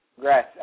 Great